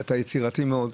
אתה יצירתי מאוד,